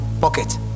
pocket